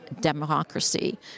democracy